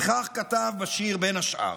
וכך כתב בשיר, בין "השאר: